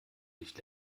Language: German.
nicht